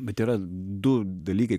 bet yra du dalykai